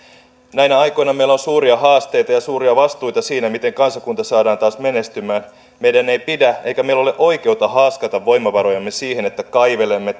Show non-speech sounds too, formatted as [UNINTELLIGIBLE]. näinä aikoina meillä on suuria haasteita ja suuria vastuita siinä miten kansakunta saadaan taas menestymään meidän ei pidä eikä meillä ole oikeutta haaskata voimavarojamme siihen että kaivelemme [UNINTELLIGIBLE]